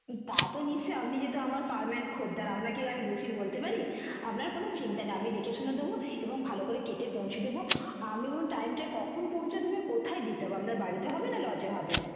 তা তো নিশ্চয় আপনি যেহেতু আমার পার্মানেন্ট খদ্দের আপনাকে কি আমি বেশি বলতে পারি আপনার কোনো চিন্তা নেই আমি দেখেশুনে দেবো এবং ভালো করে কেটে পৌঁছে দেবো আপনি টাইমটা কখন পৌঁছে দেবে কোথায় দিতে হবে আপনার বাড়িতে হবে না লজে হবে